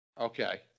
okay